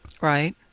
Right